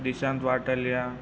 Dishant Vataliya